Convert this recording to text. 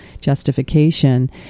justification